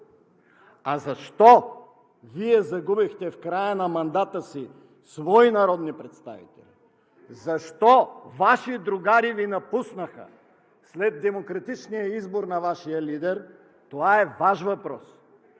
А защо Вие загубихте в края на мандата си свои народни представители? Защо Ваши другари Ви напуснаха след демократичния избор на Вашия лидер? (Шум и реплики